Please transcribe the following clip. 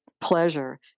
Pleasure